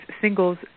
singles